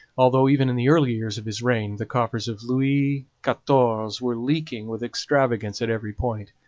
although even in the early years of his reign the coffers of louis quatorze were leaking with extravagance at every point.